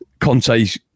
Conte's